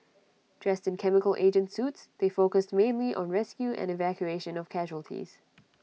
dressed in chemical agent suits they focused mainly on rescue and evacuation of casualties